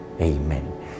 Amen